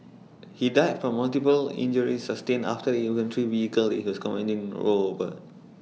he died from multiple injuries sustained after the infantry vehicle he was commanding rolled over